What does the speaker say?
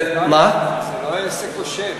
אבל זה לא עסק כושל.